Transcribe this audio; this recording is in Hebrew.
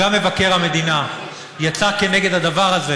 גם מבקר המדינה יצא כנגד הדבר הזה,